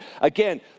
Again